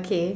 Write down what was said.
okay